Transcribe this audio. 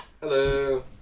Hello